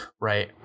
right